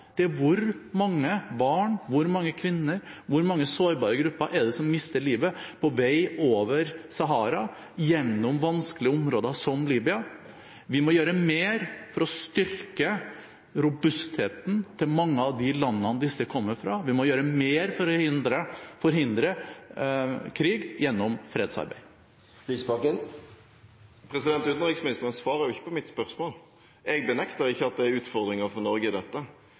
er hvor mange barn, hvor mange kvinner, hvor mange sårbare grupper det er som mister livet på vei over Sahara, gjennom vanskelige områder som Libya. Vi må gjøre mer for å styrke robustheten til mange av de landene som disse kommer fra. Vi må gjøre mer for å forhindre krig gjennom fredsarbeid. Utenriksministeren svarer jo ikke på mitt spørsmål. Jeg benekter ikke at det er utfordringer for Norge i dette,